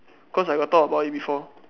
cause I got thought about it before